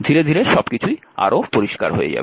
ধীরে ধীরে সবকিছুই আরও পরিষ্কার হয়ে যাবে